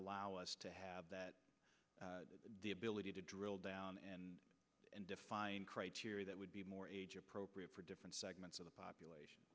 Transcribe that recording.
allow us to have that the ability to drill down and define criteria that would be more age appropriate for different segments of the population